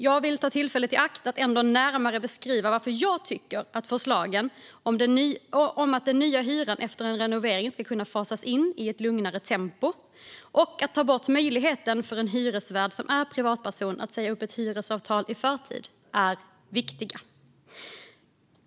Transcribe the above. Jag vill ändå ta tillfället i akt att närmare beskriva varför jag tycker att förslagen om att den nya hyran efter en renovering ska kunna fasas in i ett lugnare tempo och om att ta bort möjligheten för en hyresvärd som är en privatperson att säga upp ett hyresavtal i förtid är viktiga.